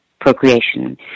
procreation